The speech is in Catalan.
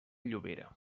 llobera